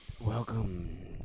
Welcome